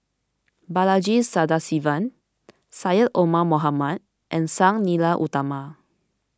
Balaji Sadasivan Syed Omar Mohamed and Sang Nila Utama